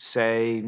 say